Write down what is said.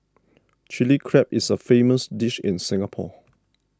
Chilli Crab is a famous dish in Singapore